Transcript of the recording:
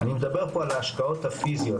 אני מדבר פה על ההשקעות הפיזיות,